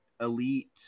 Elite